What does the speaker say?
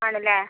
ആണല്ലേ